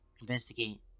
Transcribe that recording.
investigate